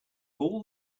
all